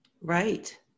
right